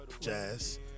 Jazz